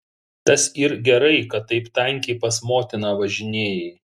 tas yr gerai kad taip tankiai pas motiną važinėjai